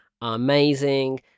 amazing